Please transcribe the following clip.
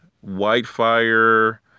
Whitefire